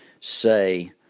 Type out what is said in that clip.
say